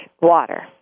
water